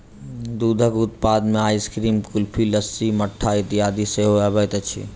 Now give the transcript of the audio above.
दूधक उत्पाद मे आइसक्रीम, कुल्फी, लस्सी, मट्ठा इत्यादि सेहो अबैत अछि